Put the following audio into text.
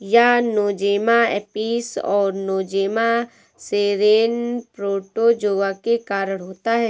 यह Nosema apis और Nosema ceranae protozoa के कारण होता है